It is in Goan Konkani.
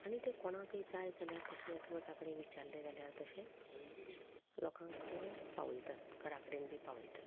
आनी तें कोणाकय जाय जाल्यार तशें एकमेका कडेन विचारल्ले जाल्यार तशें लोकांक पावयतात घरां कडेन बी पावयतात